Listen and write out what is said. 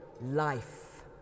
life